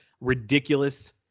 ridiculous